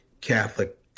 Catholic